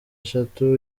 eshatu